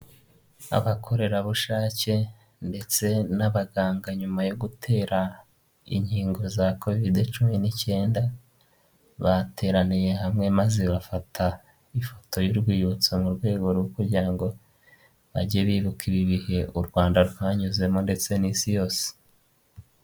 Abakorerabushake ndetse n'abaganga nyuma yo gutera inkingo za covid cumi n'icyenda, bateraniye hamwe maze bafata ifoto y'urwibutso mu rwego rwo kugira ngo bajye bibuka ibi bihe u Rwanda rwanyuzemo ndetse n'isi yose.